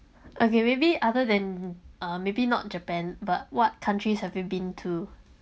okay maybe other than uh maybe not japan but what countries have you been to